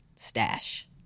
stash